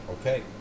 okay